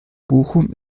bochum